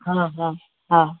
हा हा हा